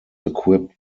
equipped